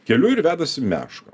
keliu ir vedasi mešką